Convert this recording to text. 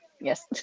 Yes